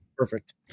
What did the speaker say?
perfect